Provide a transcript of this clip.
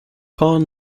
core